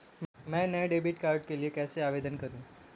मैं नए debit card के लिए कैसे आवेदन करूं?